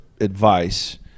advice